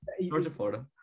Georgia-Florida